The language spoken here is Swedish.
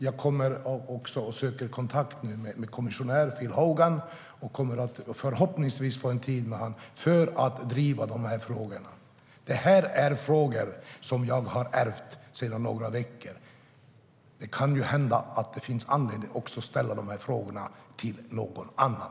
Jag kommer också att söka kontakt med kommissionär Phil Hogan. Jag kommer förhoppningsvis att få en tid med honom för att driva dessa frågor. Detta är frågor som jag har ärvt sedan några veckor. Det kan hända att det finns anledning att också ställa dessa frågor till någon annan.